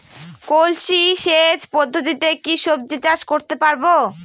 কলসি সেচ পদ্ধতিতে কি সবজি চাষ করতে পারব?